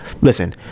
Listen